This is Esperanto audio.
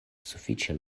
sufiĉe